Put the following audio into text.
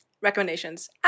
recommendations